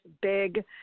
big